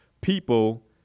People